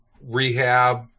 rehab